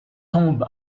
tombe